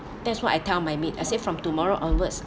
that's what I tell my maid I say from tomorrow onwards